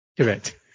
Correct